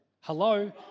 Hello